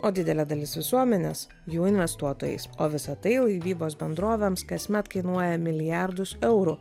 o didelė dalis visuomenės jų investuotojais o visa tai laivybos bendrovėms kasmet kainuoja milijardus eurų